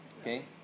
Okay